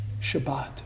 Shabbat